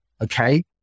Okay